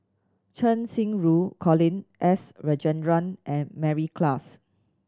Cheng Xinru Colin S Rajendran and Mary Klass